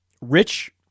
rich